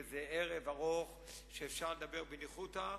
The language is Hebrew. וזה מחייב ערב ארוך שבו אפשר לדבר בניחותא.